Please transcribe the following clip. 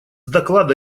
доклада